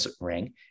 ring